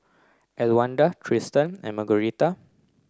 Elwanda Tristan and Margueritta